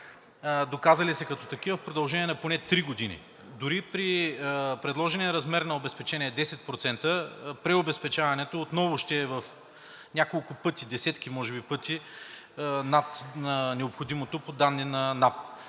доказали се като такива в продължение на поне три години. Дори при предложения размер на обезпечение 10%, при обезпечаването отново ще е в няколко пъти – може би десетки пъти, над необходимото по данни на НАП.